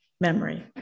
memory